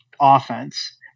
offense